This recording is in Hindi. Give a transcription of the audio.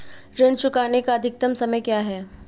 ऋण चुकाने का अधिकतम समय क्या है?